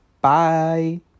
Bye